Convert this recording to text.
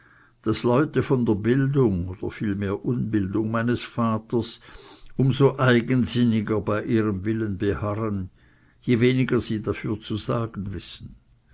daß leute von der bildung oder vielmehr unbildung meines vaters um so eigensinniger bei ihrem willen beharren je weniger sie dafür zu sagen wissen